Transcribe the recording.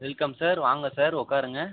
welcome sir வாங்க sir உட்காருங்க